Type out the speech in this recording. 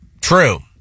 true